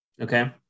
Okay